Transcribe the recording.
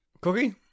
Cookie